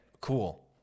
Cool